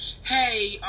hey